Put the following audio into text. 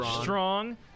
strong